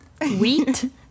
Wheat